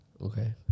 Okay